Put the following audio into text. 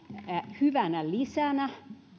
hyvänä lisänä